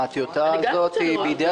הטיוטה הזאת היא בידי הציבור,